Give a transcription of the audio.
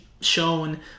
shown